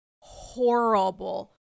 horrible